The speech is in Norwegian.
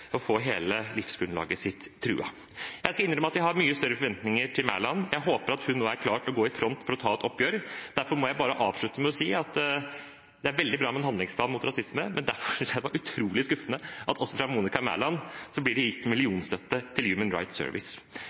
livsgrunnlaget sitt truet. Jeg skal innrømme at jeg har mye større forventninger til Mæland. Jeg håper hun nå er klar til å gå i front for å ta et oppgjør. Jeg må bare avslutte med å si at det er veldig bra med en handlingsplan mot rasisme, men derfor synes jeg det var utrolig skuffende at det også fra Monica Mæland blir gitt millionstøtte til Human Rights Service.